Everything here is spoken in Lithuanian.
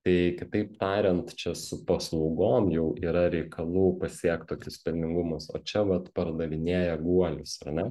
tai kitaip tariant čia su paslaugom jau yra reikalų pasiekt tokius pelningumus o čia vat pardavinėja guolius ar ne